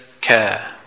care